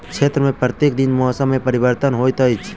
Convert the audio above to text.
क्षेत्र में प्रत्येक दिन मौसम में परिवर्तन होइत अछि